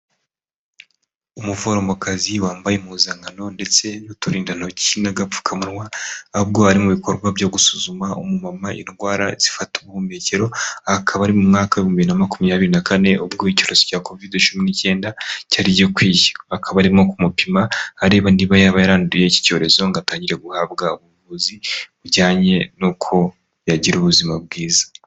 Umuforomokazi wambaye impuzankano ndetse n'uturindantoki n'agapfukamunwa, ahubwo ari mu bikorwa byo gusuzuma umumama indwara zifata ubuhumekero, akaba ari mu mwaka w'ibihumbi bibiri na makumyabiri na kane ubwo icyorezo cya covide cumi n'icyenda cyari gikwiye. Akaba arimo kumupima areba niba yaba yaranduye iki cyorezo ngo atangire guhabwa ubuvuzi bijyanye n'uko yagira ubuzima bwiza.